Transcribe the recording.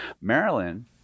Marilyn